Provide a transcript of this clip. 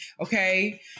Okay